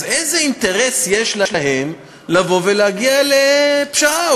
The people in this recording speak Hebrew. אז איזה אינטרס יש להן לבוא ולהגיע לפשרה,